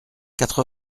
quatre